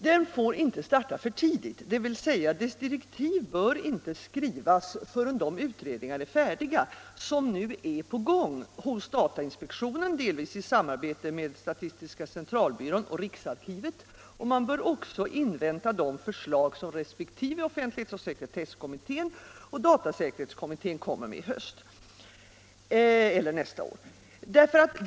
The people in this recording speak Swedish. Den får inte starta för tidigt, dvs. utredningens direktiv bör inte skrivas förrän de utredningar är färdiga som nu är på gång i datainspektionen, delvis i samarbete med statistiska centralbyrån och riksarkivet. Man bör också invänta de förslag som resp. offentlighetsoch sekretesslagstiftningskommittén samt datasäkerhetskommittén kommer med i höst eller nästa år.